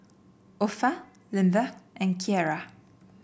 Opha Lindbergh and Kiera